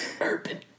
urban